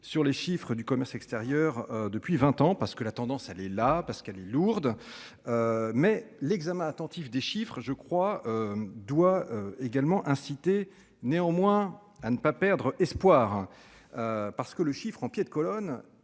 sur les chiffres du commerce extérieur depuis 20 ans parce que la tendance à Leila parce qu'elle est lourde. Mais l'examen attentif des chiffres je crois. Doit également inciter néanmoins à ne pas perdre espoir. Parce que le chiffre en pied de colonne